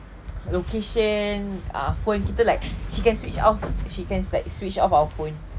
location ah phone kita like she can switch off she can like switch off our phone